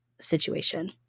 situation